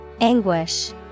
Anguish